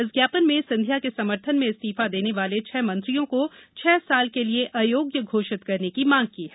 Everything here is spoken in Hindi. इस ज्ञापन में सिंधिया के समर्थन में इस्तीफा देने वाले छह मंत्रियों को छह साल के लिए अयोग्य घोषित करने की मांग की है